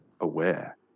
aware